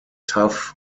tough